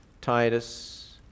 Titus